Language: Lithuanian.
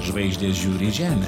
žvaigždės žiūri į žemę